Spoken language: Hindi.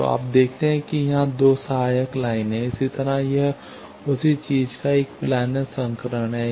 तो आप देखते हैं कि यहां 2 सहायक लाइनें हैं इसी तरह यह उसी चीज का एक प्लानर संस्करण है